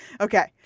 Okay